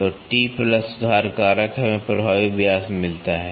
तो T plus सुधार कारक हमें प्रभावी व्यास मिलता है